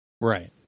Right